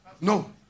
No